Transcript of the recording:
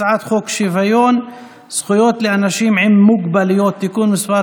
הצעת חוק שוויון זכויות לאנשים עם מוגבלות (תיקון מס'